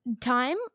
time